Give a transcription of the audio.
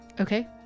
Okay